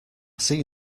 see